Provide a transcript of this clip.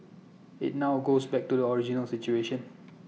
IT now goes back to the original situation